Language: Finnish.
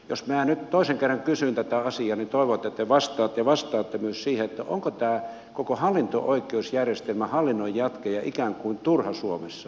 jos minä nyt toisen kerran kysyn tätä asiaa niin toivon että te vastaatte ja vastaatte myös siihen onko tämä koko hallinto oikeusjärjestelmä hallinnon jatke ja ikään kuin turha suomessa